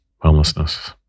homelessness